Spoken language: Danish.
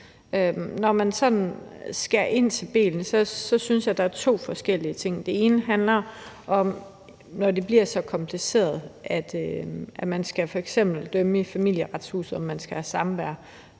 sådan skærer ind til benet, synes jeg, at der er to forskellige ting. Det ene handler om, når det bliver så kompliceret, at man i Familieretshuset f.eks. skal bedømme,